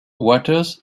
waters